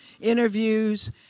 interviews